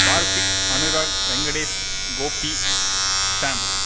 Karthik Anurag Venkatesh Gopi Sam